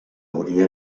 hauria